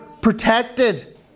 protected